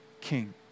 king